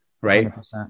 right